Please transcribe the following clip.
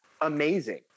amazing